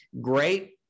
Great